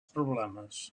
problemes